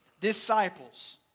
disciples